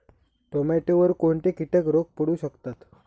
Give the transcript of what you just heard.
टोमॅटोवर कोणते किटक रोग पडू शकतात?